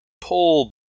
pull